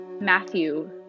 Matthew